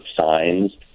signs